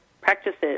practices